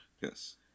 Yes